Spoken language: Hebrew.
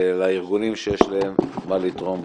שיש להם מה לתרום בעניין.